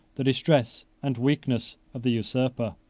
the distress and weakness of the usurper.